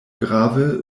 grave